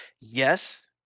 yes